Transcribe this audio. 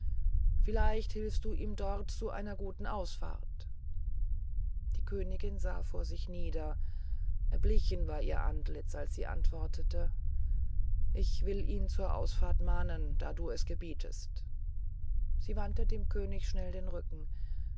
vielleicht hilfst du ihm dort zu einer guten ausfahrt die königin sah vor sich nieder erblichen war ihr antlitz als sie antwortete ich will ihn zur ausfahrt mahnen da du es gebietest sie wandte dem könig schnell den rücken